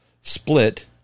split